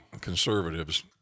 conservatives